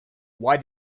why